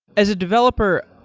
as a developer,